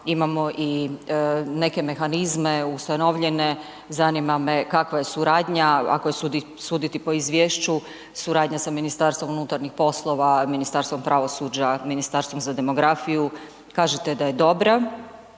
imamo i neke mehanizme ustanovljene, zanima me kakva je suradnja, ako je suditi po izvješću suradnja MUP-om, Ministarstvom pravosuđa, Ministarstvom za demografiju, kažete da je dobra.